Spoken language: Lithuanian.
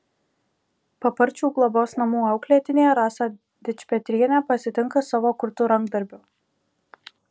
paparčių globos namų auklėtinė rasą dičpetrienę pasitinka savo kurtu rankdarbiu